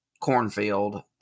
cornfield